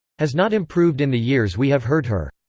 has not improved in the years we have heard her.